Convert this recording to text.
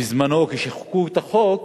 בזמנו, כשחוקקו את החוק,